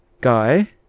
guy